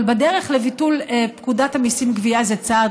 אבל בדרך לביטול פקודת המיסים (גבייה) זה צעד